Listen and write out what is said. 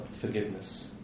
forgiveness